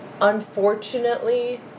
Unfortunately